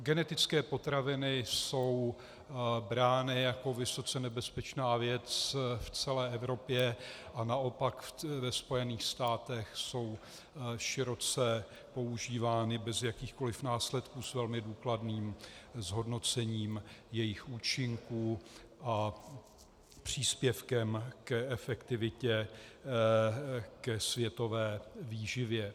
Genetické potraviny jsou brány jako vysoce nebezpečná věc v celé Evropě a naopak ve Spojených státech jsou široce používány bez jakýchkoli následků s velmi důkladným zhodnocením jejich účinků a příspěvkem k efektivitě, ke světové výživě.